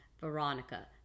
Veronica